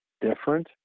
different